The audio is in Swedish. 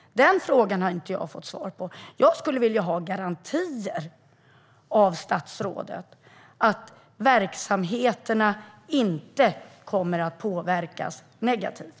Den frågan har jag inte fått svar på. Jag skulle vilja ha garantier av statsrådet att verksamheterna inte kommer att påverkas negativt.